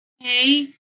hey